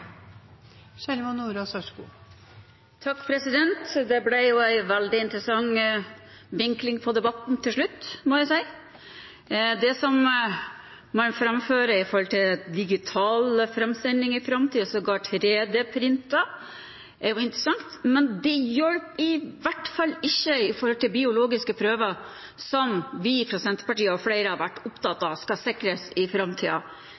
Det ble en veldig interessant vinkling på debatten til slutt, må jeg si. Det man framfører om digital framsending i framtiden, sågar en 3D-printer, er jo interessant, men det hjelper i hvert fall ikke for biologiske prøver, som vi fra Senterpartiet m.fl. har vært opptatt av at skal sikres i framtida.